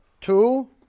Two